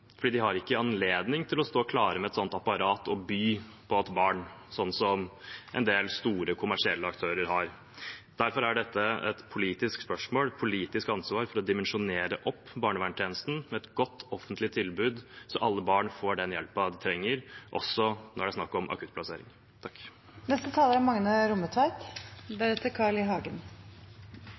de har ikke anledning til å stå klar til å tilby barn et sånt apparat som en del store kommersielle aktører har. Derfor er dette et politisk spørsmål, et politisk ansvar for å dimensjonere opp barnevernstjenesten til et godt offentlig tilbud, slik at alle barn får den hjelpen de trenger, også når det er snakk om akuttplassering. Me kan vel alle vera einige i at det førebyggjande barnevernsarbeidet er det viktigaste barnevernet. God førebygging i